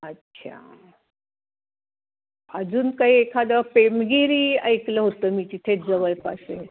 अच्छा अजून काही एखादं पेमगिरी ऐकलं होतं मी तिथेच जवळपास आहे